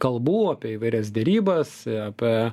kalbų apie įvairias derybas apie